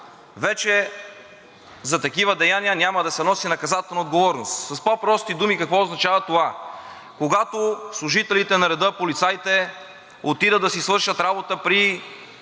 вече за такива деяния няма да се носи наказателна отговорност. С по-прости думи какво означава това? Когато служителите на реда, полицаите, отидат да си свършат работа при